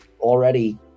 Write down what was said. already